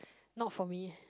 not for me